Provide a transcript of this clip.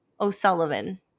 O'Sullivan